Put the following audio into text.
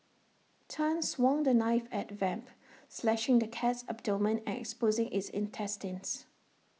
Tan swung the knife at Vamp slashing the cat's abdomen and exposing its intestines